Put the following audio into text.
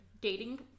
dating